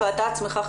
נתנאל האזנת לדיון,